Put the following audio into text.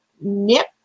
nip